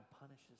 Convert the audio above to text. punishes